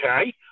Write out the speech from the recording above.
Okay